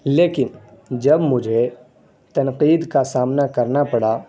لیکن جب مجھے تنقید کا سامنا کرنا پڑا